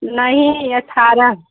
नहीं अट्ठारह